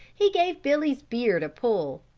he gave billy's beard a pull.